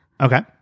Okay